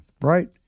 right